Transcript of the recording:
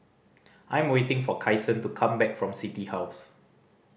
I am waiting for Kyson to come back from City House